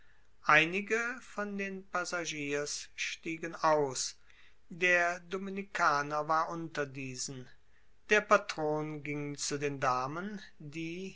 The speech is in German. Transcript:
einige von den passagiers stiegen aus der dominikaner war unter diesen der patron ging zu den damen die